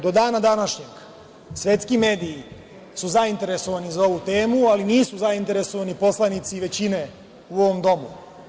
Do dana današnjeg svetski mediji su zainteresovani za ovu temu, ali nisu zainteresovani poslanici većine u ovom Domu.